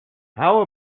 how